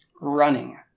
running